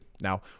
Now